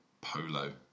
polo